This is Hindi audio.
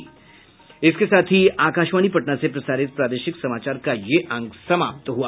इसके साथ ही आकाशवाणी पटना से प्रसारित प्रादेशिक समाचार का ये अंक समाप्त हुआ